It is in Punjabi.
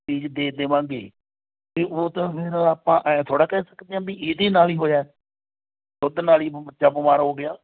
ਚੀਜ਼ ਦੇ ਦੇਵਾਂਗੇ ਤਾਂ ਉਹ ਤਾਂ ਫਿਰ ਆਪਾਂ ਐਂ ਥੋੜ੍ਹਾ ਕਹਿ ਸਕਦੇ ਹਾਂ ਵੀ ਇਹਦੇ ਨਾਲ ਹੀ ਹੋਇਆ ਦੁੱਧ ਨਾਲ ਹੀ ਬੱਚਾ ਬਿਮਾਰ ਹੋ ਗਿਆ